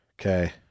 Okay